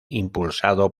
impulsado